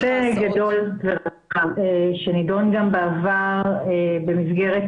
זה נושא גדול ורחב שנידון גם בעבר במסגרת